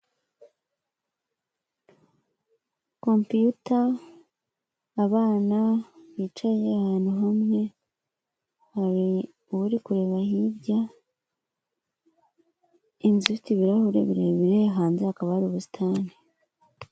Kompiyuta abana bicaye ahantu hamwe hari uri kureba hirya inzu ifite ibirahure birebire hanze hakaba hari ubusitani.